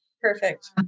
Perfect